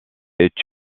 est